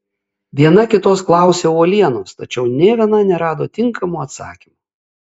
viena kitos klausė uolienos tačiau nė viena nerado tinkamo atsakymo